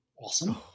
Awesome